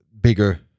bigger